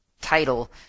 title